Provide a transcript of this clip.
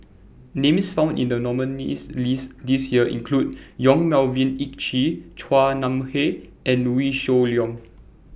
Names found in The nominees' list This Year include Yong Melvin Yik Chye Chua Nam Hai and Wee Shoo Leong